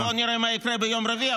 בואו נראה מה יהיה ביום רביעי,